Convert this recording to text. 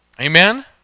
Amen